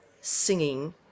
singing